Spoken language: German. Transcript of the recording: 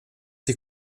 die